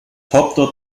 hauptort